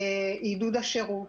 עידוד השירות